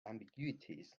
ambiguities